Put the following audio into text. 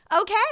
okay